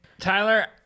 Tyler